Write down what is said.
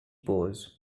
pose